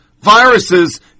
viruses